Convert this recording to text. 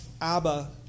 Abba